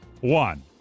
one